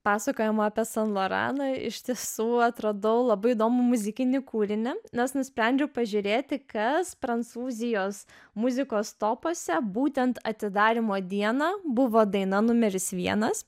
pasakojamo apie san loraną iš tiesų atradau labai įdomų muzikinį kūrinį nes nusprendžiau pažiūrėti kas prancūzijos muzikos topuose būtent atidarymo dieną buvo daina numeris vienas